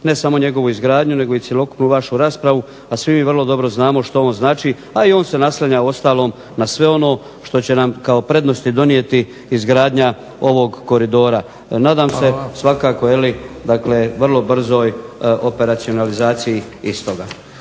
ne samo njegovu izgradnju nego i cjelokupnu vašu raspravu, a svi mi vrlo dobro znamo što on znači. A i on se naslanja uostalom na sve ono što će nam kao prednosti donijeti izgradnja ovog koridora. Nadam se svakako je li vrlo brzoj operacionalizaciji istoga.